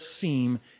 seem